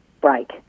break